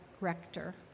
rector